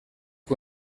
que